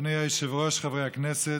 אדוני היושב-ראש, חברי הכנסת,